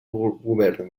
govern